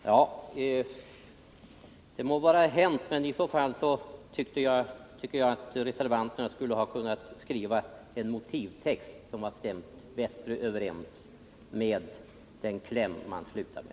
Herr talman! Det må vara hänt, men i så fall tycker jag att reservanterna borde ha kunnat skriva en motivering som bättre stämmer överens med den kläm de slutar med.